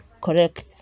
correct